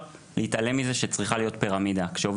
הם לומדים רפואה ואנחנו מלמדים אותם כי הם צריכים לטפל בנו.